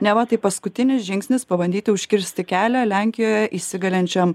neva tai paskutinis žingsnis pabandyti užkirsti kelią lenkijoje įsigalinčiam